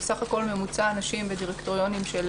בסך הכול ממוצע הנשים בדירקטוריונים של